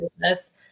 business